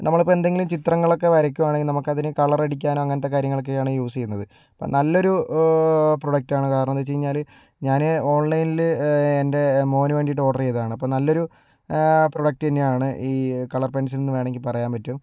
നമ്മൾ ഇപ്പോൾ എന്തെങ്കിലും ചിത്രങ്ങളൊക്കെ വരയ്ക്കുവാണെങ്കിൽ നമുക്ക് അതിന് കളർ അടിക്കാനും അങ്ങനത്തെ കാര്യത്തിനൊക്കെയാണ് യൂസ് ചെയ്യുന്നത് നല്ലൊരു പ്രോഡക്റ്റാണ് കാരണം എന്ന് വെച്ച് കഴിഞ്ഞാല് ഞാന് ഓൺലൈനിൽ എൻ്റെ മോന് വേണ്ടിട്ട് ഓർഡർ ചെയ്തതാണ് അപ്പോൾ നല്ലൊരു പ്രോഡക്റ്റ് തന്നെയാണ് ഈ കളർ പെൻസിൽ എന്ന് വേണമെങ്കിൽ പറയാൻ പറ്റും